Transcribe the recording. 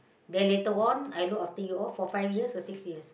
then later on I look after you all for five years or six years